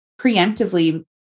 preemptively